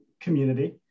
community